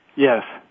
Yes